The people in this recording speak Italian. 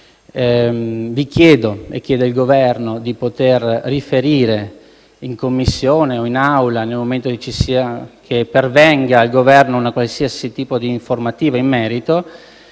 Vi chiedo e chiedo al Governo di poter riferire in Commissione o in Aula, nel momento in cui pervenga al Governo un qualsiasi tipo di informativa in merito,